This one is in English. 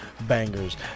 bangers